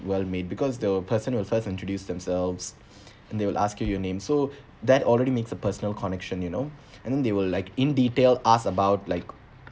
well made because the person will first introduced themselves and they will ask you your name so that already makes a personal connection you know then they will like in detail ask about like